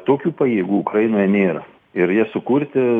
tokių pajėgų ukrainoje nėra ir jie sukurti